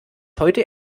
heute